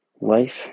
life